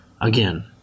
again